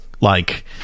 Like-